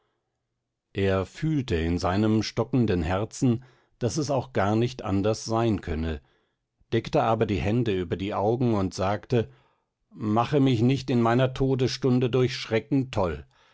er fühlte in seinem stockenden herzen daß es auch gar nicht anders sein könne deckte aber die hände über die augen und sagte mache mich nicht in meiner todesstunde durch schrecken toll